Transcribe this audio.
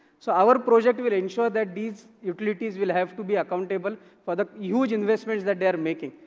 so our project would ensure that these utilities will have to be accountable for the huge investments that they are making,